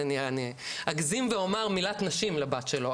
אני אגזים ואומר 'מילת נשים' לבת שלו,